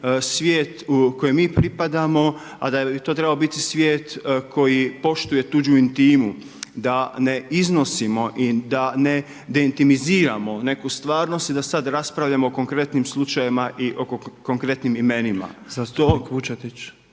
svijet kojem mi pripadamo, a da bi to trebao biti svijet koji poštuje tuđu intimu, da ne iznosimo i da ne deintimiziramo neku stvarnost i da sad raspravljamo o konkretnim slučajevima i konkretnim imenima. **Petrov, Božo